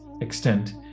extent